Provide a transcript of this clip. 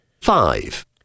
Five